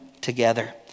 together